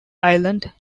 island